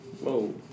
Whoa